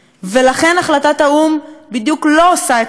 החלטת האו"ם בדיוק לא עושה את מה שאתה אומר,